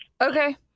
Okay